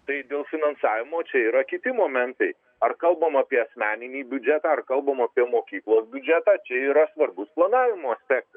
tai dėl finansavimo čia yra kiti momentai ar kalbam apie asmeninį biudžetą ar kalbam apie mokyklo biudžetą čia yra svarbus planavimo aspekta